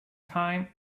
time